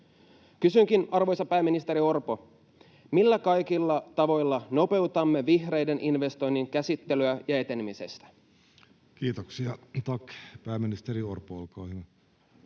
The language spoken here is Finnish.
Kysynkin, arvoisa pääministeri Orpo: millä kaikilla tavoilla nopeutamme vihreiden investointien käsittelyä ja etenemistä? [Speech 447] Speaker: Jussi Halla-aho